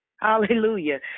Hallelujah